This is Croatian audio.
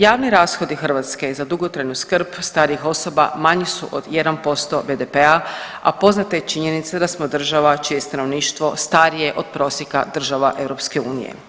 Javni rashodi Hrvatske za dugotrajnu skrb starijih osoba manji su od 1% BDP-a, a poznata je činjenica da smo država čije je stanovništvo starije od prosjeka država EU.